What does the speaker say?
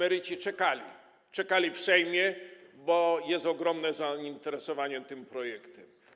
Emeryci czekali w Sejmie, bo jest ogromne zainteresowanie tym projektem.